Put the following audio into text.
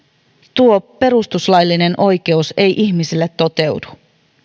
tuo perustuslaillinen oikeus ei ihmisille toteudu on